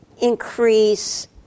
increase